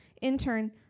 intern